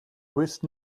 with